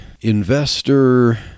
investor